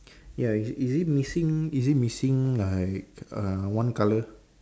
ya is it is it missing is it missing like uh one colour